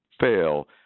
fail